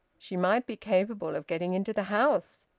she might be capable of getting into the house!